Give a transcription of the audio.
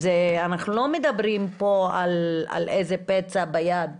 אנחנו לא מדברים פה על איזה פצע ביד,